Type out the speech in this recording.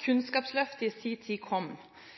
Kunnskapsløftet i sin tid kom, var vi i